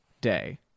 day